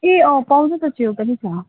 ए अँ पाउँछ त च्याउ पनि छ